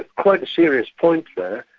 quite a serious point there,